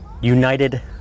United